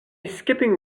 skipping